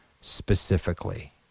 specifically